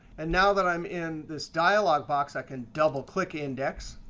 and now that i'm in this dialog box, i can double click index.